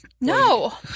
No